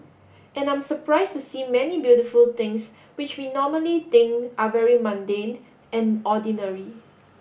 and I'm surprise to see many beautiful things which we normally think are very mundane and ordinary